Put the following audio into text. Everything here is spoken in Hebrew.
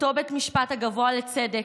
אותו בית המשפט הגבוה לצדק,